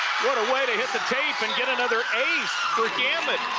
what a way to hit the tape and get another ace for gamet.